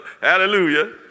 Hallelujah